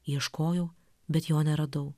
ieškojau bet jo neradau